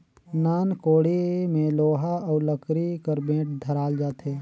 नान कोड़ी मे लोहा अउ लकरी कर बेठ धराल जाथे